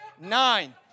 Nine